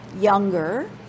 younger